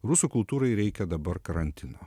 rusų kultūrai reikia dabar karantino